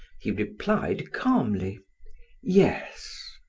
he replied calmly yes.